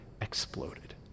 exploded